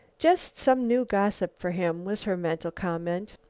just some new gossip for him, was her mental comment.